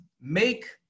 make